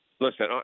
Listen